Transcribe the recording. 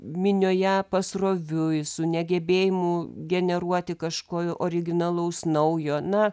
minioje pasroviui su negebėjimu generuoti kažko originalaus naujo na